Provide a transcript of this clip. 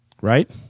Right